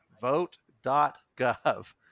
vote.gov